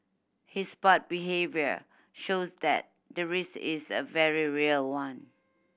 his past behaviour shows that the risk is a very real one